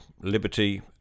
liberty